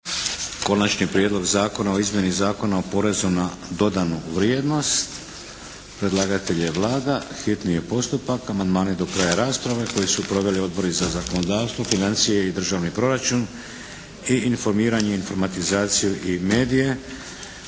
Konačni prijedlog zakona o izmjeni Zakona o porezu na dodanu vrijednost. Predlagatelj je Vlada. Hitni je postupak, amandmani do kraja rasprave koju su proveli Odbori za zakonodavstvo, financije i državni proračun i informiranje, informatizaciju i medije.